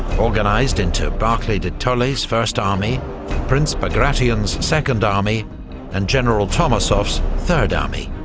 organised into barclay de tolly's first army prince bagration's second army and general tormasov's third army.